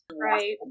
right